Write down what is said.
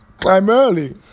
primarily